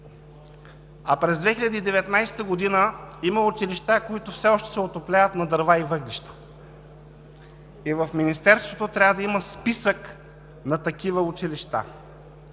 а през 2019 г. има училища, които все още се отопляват на дърва и въглища, и в Министерството трябва да има списък на такива училища.